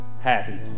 happy